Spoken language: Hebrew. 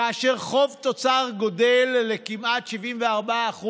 כאשר חוב תוצר גדל לכמעט 74%,